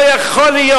לא יכול להיות.